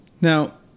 now